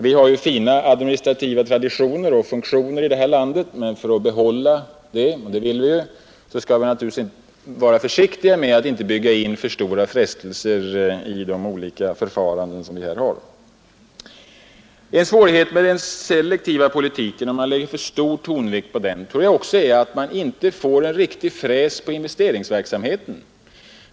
Vi har fina administrativa traditioner och funktioner här i landet, men om vi vill behålla dem — och det vill vi ju — skall vi naturligtvis inte bygga in för stora frestelser i dessa förfaranden. En annan svårighet som uppstår om man lägger för stor tonvikt vid den selektiva politiken är att man inte får någon riktig fräs på investeringsverksamheten.